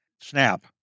SNAP